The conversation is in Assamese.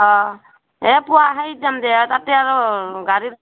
অঁ এই পুৱা সেই যাম দে তাতে আৰু গাড়ীত